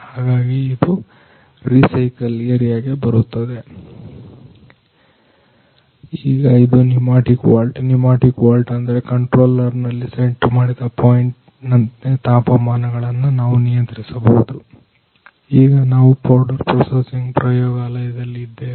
ಹಾಗಾಗಿ ಇದು ರಿಸೈಕಲ್ ಏರಿಯಾಗೆ ಬರುತ್ತದೆ ಈಗ ಇದು ನ್ಯೂಮ್ಯಾಟಿಕ್ ವಾಲ್ವ್ ನ್ಯೂಮ್ಯಾಟಿಕ್ ವಾಲ್ವ್ ಅಂದ್ರೆ ಕಂಟ್ರೋಲರ್ ನಲ್ಲಿ ಸೆಟ್ ಮಾಡಿದ ಪಾಯಿಂಟ್ ನಂತೆ ತಾಪಮಾನಗಳನ್ನು ನಾವು ನಿಯಂತ್ರಿಸಬಹುದು ಈಗ ನಾವು ಪೌಡರ್ ಪ್ರೊಸೆಸಿಂಗ್ ಪ್ರಯೋಗಾಲಯದಲ್ಲಿ ಇದ್ದೇವೆ